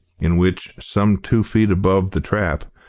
in which, some two feet above the trap,